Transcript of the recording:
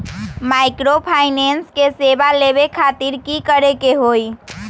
Microfinance के सेवा लेबे खातीर की करे के होई?